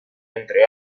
entre